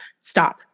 stop